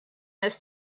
this